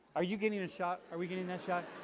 are you getting a shot? are we getting that shot?